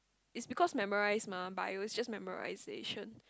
is because memorise mah bio is just memorisation